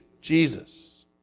Jesus